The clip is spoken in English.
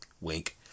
wink